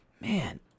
Man